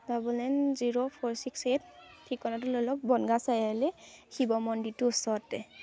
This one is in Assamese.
double nine zero four six eight ঠিকনাটো লৈ লওক বনগাওঁ চাৰিআলি শিৱ মন্দিৰটোৰ ওচৰতে